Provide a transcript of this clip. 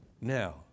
Now